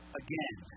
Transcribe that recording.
again